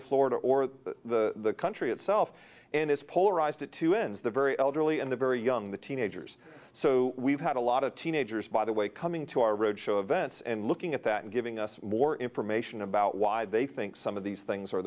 of florida or the country itself and it's polarized to ins the very elderly and the very young the teenagers so we've had a lot of teenagers by the way coming to our roadshow events and looking at that and giving us more information about why they think some of these things are